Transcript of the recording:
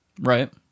Right